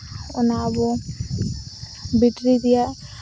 ᱚᱱᱟ ᱟᱵᱚ ᱵᱮᱴᱨᱤ ᱨᱮᱭᱟᱜ